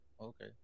Okay